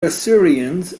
assyrians